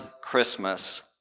Christmas